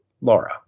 Laura